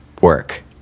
work